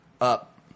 up